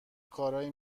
کارایی